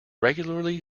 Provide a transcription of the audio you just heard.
regularly